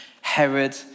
Herod